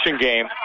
game